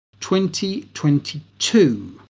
2022